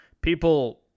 people